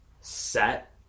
set